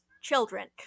children